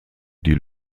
die